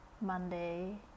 monday